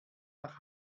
nach